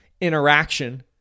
interaction